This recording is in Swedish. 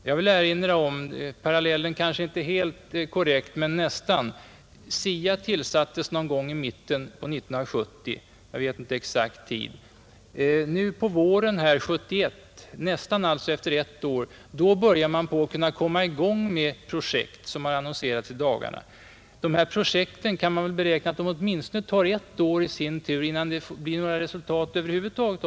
Jag vill erinra om — parallellen kanske inte är helt korrekt, men nästan — att SIA tillsattes någon gång i mitten på år 1970; jag vet inte den exakta tidpunkten. Nu, på våren 1971 — alltså efter nästan ett år — börjar man komma i gång med projekt, som annonserats i dagarna. Man kan beräkna att detta projekt i sin tur tar åtminstone ett år, innan det blir några resultat över huvud taget.